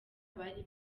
bari